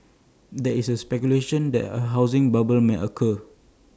there is speculation that A housing bubble may occur